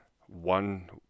one